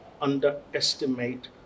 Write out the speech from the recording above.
underestimate